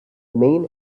main